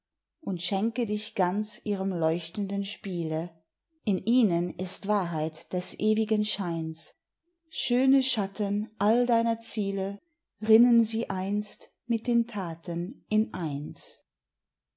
und schenke dich ganz ihrem leuchtenden spiele in ihnen ist wahrheit des ewigen scheins schöne schatten all deiner ziele rinnen sie einst mit den taten in eins